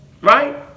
Right